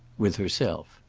with herself.